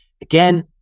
Again